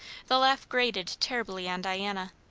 the laugh grated terribly on diana.